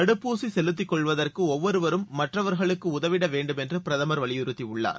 தடுப்பூசி செலுத்திக் கொள்வதற்கு ஒவ்வொருவரும் மற்றவர்களுக்கு உதவிட வேண்டும் என்றும் பிரதமர் வலியுறுத்தியுள்ளார்